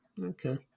okay